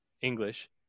English